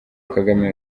kagame